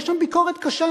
יש שם ביקורת קשה